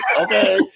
Okay